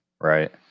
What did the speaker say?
right